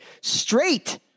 Straight